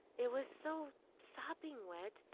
it was so sopping wet,